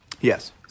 Yes